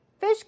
fish